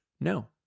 No